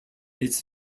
its